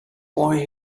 boy